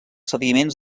sediments